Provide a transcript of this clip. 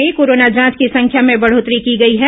राज्य में कोरोना जांच की संख्या में बढ़ोत्तरी की गई है